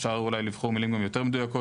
גם אולי אפשר לבחור מילים יותר מדויקות.